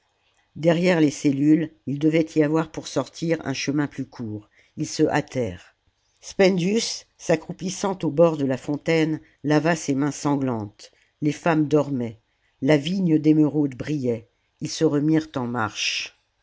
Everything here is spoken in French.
derrière les cellules il devait y avoir pour sortir un chemin plus court ils se hâtèrent spendius s'accroupissant au bord de la fontaine lava ses mains sanglantes les femmes dormaient la vigne d'émeraude brillait ils se remirent en marche